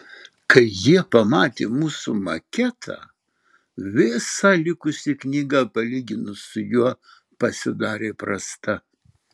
kai jie pamatė mūsų maketą visa likusi knyga palyginus su juo pasidarė prasta